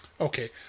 okay